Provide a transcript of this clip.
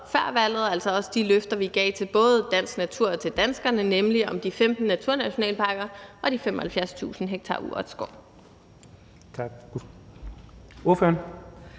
før valget, altså også de løfter, vi gav til både dansk natur og danskerne, nemlig om de 15 naturnationalparker og de 75.000 ha urørt skov.